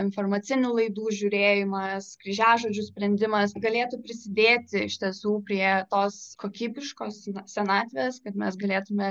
informacinių laidų žiūrėjimas kryžiažodžių sprendimas galėtų prisidėti iš tiesų prie tos kokybiškos na senatvės kad mes galėtume